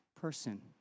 person